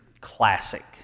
classic